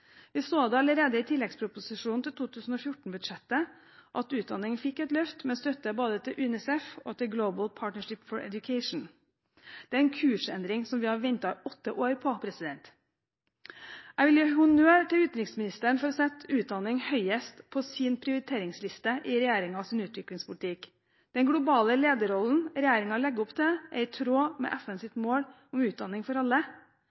Vi så det allerede i tilleggsproposisjonen til 2014-budsjettet at utdanning fikk et løft, med støtte til både UNICEF og Global Partnership for Education. Det er en kursendring som vi har ventet på i åtte år. Jeg vil gi honnør til utenriksministeren som setter utdanning høyest på sin prioriteringsliste i regjeringens utviklingspolitikk. Den globale lederrollen regjeringen legger opp til, er i tråd med FNs mål om utdanning for alle.